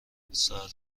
ساعت